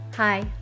Hi